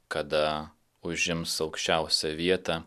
kada užims aukščiausią vietą